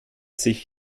sich